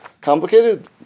complicated